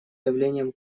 явлением